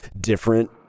different